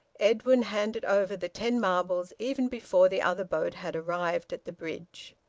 edwin handed over the ten marbles even before the other boat had arrived at the bridge.